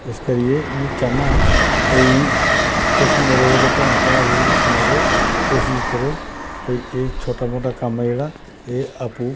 इस करिये में चाह्न्ना भई तुस मेरे जेह्डे़ भैन भ्राऽ जेह्डे़ बी सुना दे ओ कोशिश करो भई एह् छोटा मोटा कम्म ऐ जेह्ड़ा एह् आपूं